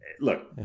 Look